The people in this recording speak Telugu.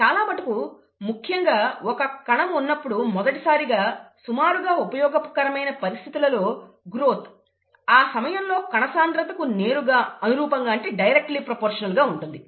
చాలా మటుకు ముఖ్యంగా ఒక్క కణం ఉన్నప్పుడు మొదటిసారిగా సుమారుగా ఉపయోగకరమైన పరిస్థితులలో గ్రోత్ ఆ సమయంలో కణసాంద్రతకు నేరుగా అనురూపం గా ఉంటుంది